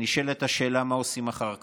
נשאלת השאלה: מה עושים אחר כך?